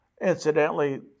Incidentally